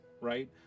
right